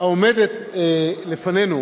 העומדת לפנינו